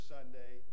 Sunday